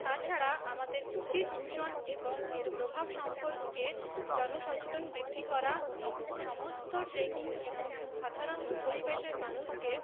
তাছাড়া আমাদের উচিত দূষণ এবং এর প্রভাব সম্পর্কে জনসচেতনতা বৃদ্ধি করা এবং সমস্ত ট্রেকিং এবং সাধারণ পরিবেশের মানুষকে